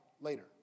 later